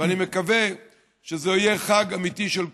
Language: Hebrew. ואני מקווה שזה יהיה חג אמיתי של כולם.